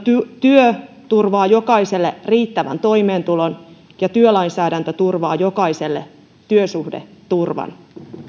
työ turvaa jokaiselle riittävän toimeentulon ja työlainsäädäntö turvaa jokaiselle työsuhdeturvan